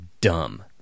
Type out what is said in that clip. dumb